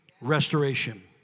Restoration